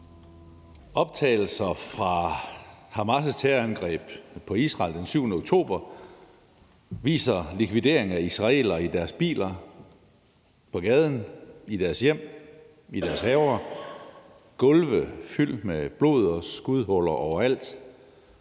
Optagelser fra Hamas' terrorangreb på Israel den 7. oktober viser likvidering af israelere i deres biler, på gaden, i deres hjem, i deres haver og gulve fyldt med blod og skudhuller overalt.